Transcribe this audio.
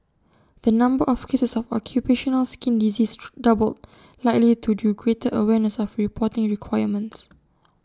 the number of cases of occupational skin disease three doubled likely to due greater awareness of reporting requirements